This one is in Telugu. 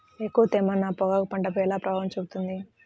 ఎక్కువ తేమ నా పొగాకు పంటపై ఎలా ప్రభావం చూపుతుంది?